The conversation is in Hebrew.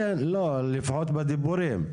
לא, לפחות בדיבורים.